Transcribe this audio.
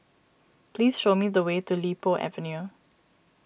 please show me the way to Li Po Avenue